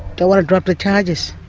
they want to drop the charges.